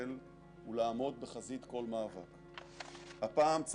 טייסים משנת 1995 ופורום החפ"שים שהצטרף בשנת 2000. אנחנו נמצאים כבר